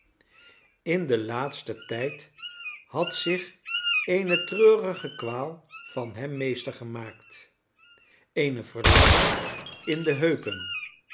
in den laatsten tijd had zich eene treurige kwaal van hem meester gemaakt eene verlamming in de heupen